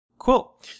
Cool